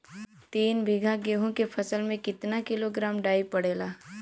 तीन बिघा गेहूँ के फसल मे कितना किलोग्राम डाई पड़ेला?